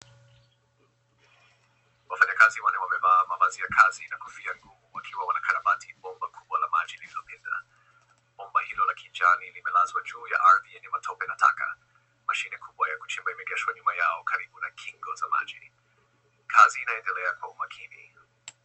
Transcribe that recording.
Wafanyikazi wanne wamevaa mavazi ya kazi na kofi ngumu wakiwa wanakarabati bomba kubwa la maji lililopinda. Bomba hilo la kijani limelazwa juu ya ardhi yenye matope na taka. Mashine kubwa ya kuchimba imeegeshwa nyuma yao karibu na kingo za maji. Kazi inaendelea kwa umakini.